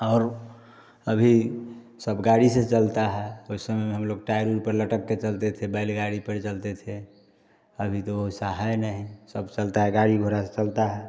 और अभी सब गाड़ी से चलता है तो इस समय में हम लोग टायर ऊपर लटक के चलते थे बैलगाड़ी पर चलते थे अभी तो वैसा है नहीं सब चलता है गाड़ी घोड़ा से चलता है